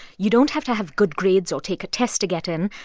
you don't have to have good grades or take a test to get in,